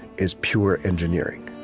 is pure engineering.